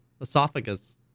esophagus